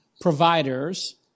providers